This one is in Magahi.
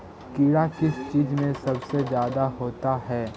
कीड़ा किस चीज से सबसे ज्यादा होता है?